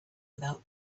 without